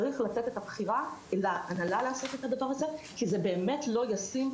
צריך לתת להנהלה לעשות את הדבר הזה כי זה באמת לא ישים,